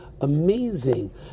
Amazing